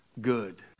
good